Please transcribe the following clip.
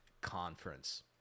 conference